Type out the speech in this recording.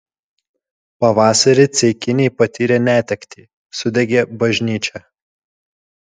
pavasarį ceikiniai patyrė netektį sudegė bažnyčia